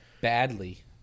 Badly